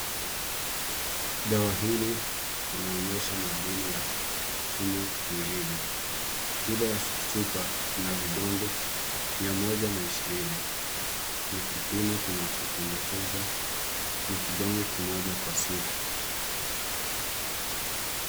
Dawa hii linaonyesha madini ya chuma mwilini. Kila chupa ina vidonge mia moja na ishirini na kipima kinachopendekezwa ni kidonge kimoja kwa siku.